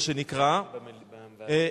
מה שנקרא,